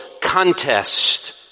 contest